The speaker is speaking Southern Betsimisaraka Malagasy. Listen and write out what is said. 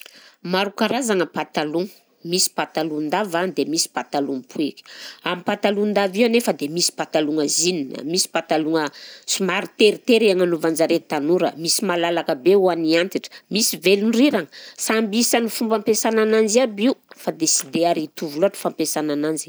Maro karazagna patalogna, misy patalohan-dava dia misy patalo mipoeky, am'patalohan-dava io anefa dia misy patalogna jean, misy patalogna somary teritery agnanovan'jareo tanora, misy malalaka be ho an'ny antitra, misy velondriragna, samy isan'ny fomba ampiasagna ananjy aby io fa dia sy dia ary hitovy loatry fampiasana ananjy.